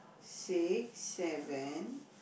six seven